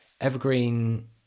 Evergreen